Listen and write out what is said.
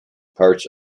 parts